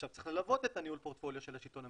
צריך ללוות את ניהול הפורטפוליו של השלטון המקומי,